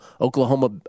Oklahoma